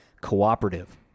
cooperative